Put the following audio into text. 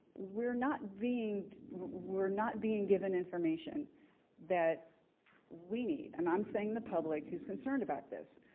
we're not being we're not being given information that we need, and i'm saying the public who's concerned about this.